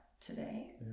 today